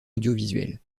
audiovisuelle